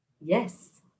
Yes